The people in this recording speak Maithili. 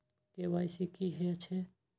के.वाई.सी की हे छे?